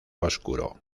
oscuro